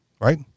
right